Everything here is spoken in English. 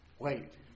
Wait